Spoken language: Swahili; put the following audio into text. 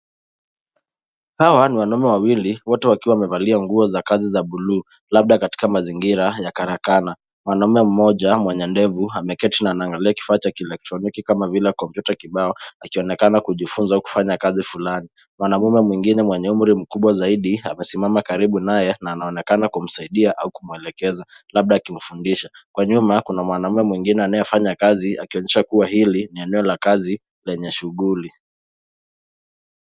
Hawa ni wanaume wawili, wote wakiwa wamevalia nguo za kazi za bluu labda katika mazingira ya karakana. Mwanaume mmoja, mwenye ndevu ameketi na anaangalia kifaa cha kielektroniki kama vile komputa kibao akionekana kujifunza au kufanya kazi fulani. Mwanaume mwingine mwenye umri mkubwa zaidi, amesimama karibu naye na anaonekana kumsaidia au kumwelekeza Labda akimfundisha. Kwa nyuma, kuna mwanaume mwingine anaefanya kazi akionyesha kuwa hili ni eneo la kazi lenye shughuli.